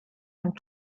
dem